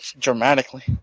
Dramatically